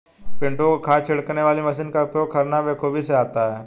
पिंटू को खाद छिड़कने वाली मशीन का उपयोग करना बेखूबी से आता है